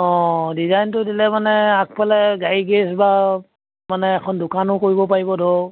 অঁ ডিজাইনটো দিলে মানে আগফালে গাড়ী গেৰেজ বা মানে এখন দোকানো কৰিব পাৰিব ধৰক